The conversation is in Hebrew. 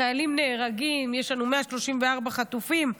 חיילים נהרגים, יש לנו 134 חטופים,